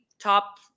top